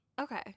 Okay